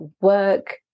work